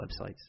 websites